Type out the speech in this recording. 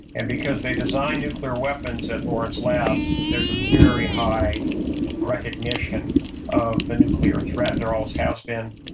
and because they designed nuclear weapons at lawrence labs, there's a very high recognition of the nuclear threat. there always has been,